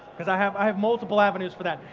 because i have i have multiple avenues for that.